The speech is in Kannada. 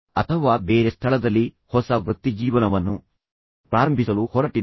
ಅಥವಾ ನೀವು ಬೇರೆ ಸ್ಥಳದಲ್ಲಿ ಹೊಸ ವೃತ್ತಿಜೀವನವನ್ನು ಪ್ರಾರಂಭಿಸಲು ಹೊರಟಿದ್ದೀರಾ